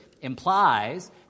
implies